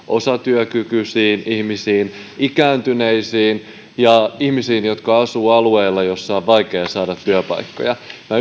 osatyökykyisiin ja ikääntyneisiin ihmisiin sekä ihmisiin jotka asuvat alueilla missä on vaikea saada työpaikkoja